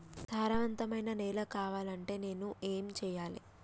సారవంతమైన నేల కావాలంటే నేను ఏం చెయ్యాలే?